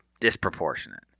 disproportionate